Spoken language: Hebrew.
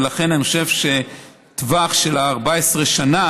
ולכן, אני חושב שטווח של 14 שנה,